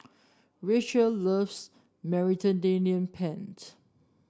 Rachael loves Mediterranean Penne